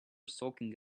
soaking